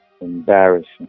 Embarrassing